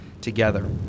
together